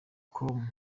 com